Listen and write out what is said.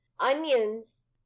Onions